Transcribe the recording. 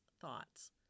thoughts